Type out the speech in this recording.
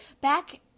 back